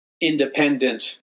independent